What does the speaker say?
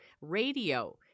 radio